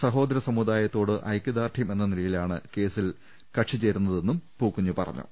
സഹോദര സമുദായത്തോട് ഐക്യ ദാർഢ്യം എന്ന നിലയിലാണ് കേസിൽ കക്ഷിചേരുന്നതെന്ന് പൂക്കുഞ്ഞ് പറഞ്ഞു